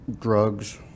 drugs